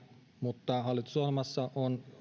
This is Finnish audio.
mutta hallitusohjelmassa on